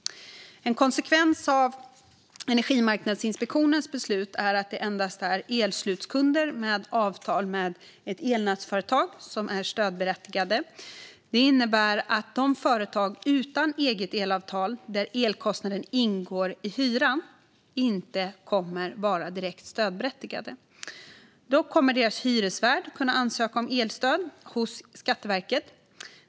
En konsekvens av Energimarknadsinspektionens beslut är att det endast är elslutkunder med avtal med ett elnätsföretag som är stödberättigade. Det innebär att företag utan eget elavtal där elkostnaden ingår i hyran inte kommer att vara direkt stödberättigade. Dock kommer deras hyresvärd att kunna ansöka om elstöd hos Skatteverket.